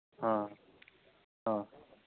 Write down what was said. ᱦᱮᱸ ᱦᱮᱸ